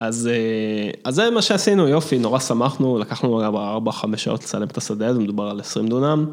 אז זה מה שעשינו יופי נורא שמחנו לקחנו אגב 4-5 שעות לצלם את השדה הזה מדובר על 20 דונם.